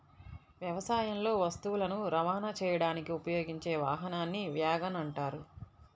వ్యవసాయంలో వస్తువులను రవాణా చేయడానికి ఉపయోగించే వాహనాన్ని వ్యాగన్ అంటారు